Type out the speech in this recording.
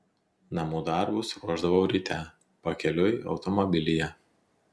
namų darbus ruošdavau ryte pakeliui automobilyje